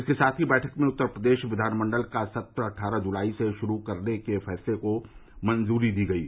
इसके साथ ही बैठक में उत्तर प्रदेश कियान मंडल का सत्र अट्ठारह जुलाई से शुरू करने के फैंसले को मंजूरी दी गयी